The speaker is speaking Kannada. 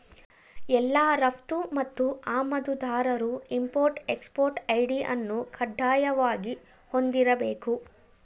ಎಲ್ಲಾ ರಫ್ತು ಮತ್ತು ಆಮದುದಾರರು ಇಂಪೊರ್ಟ್ ಎಕ್ಸ್ಪೊರ್ಟ್ ಐ.ಡಿ ಅನ್ನು ಕಡ್ಡಾಯವಾಗಿ ಹೊಂದಿರಬೇಕು